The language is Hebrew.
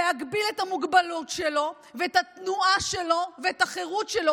להגביל את התנועה שלו ואת החירות שלו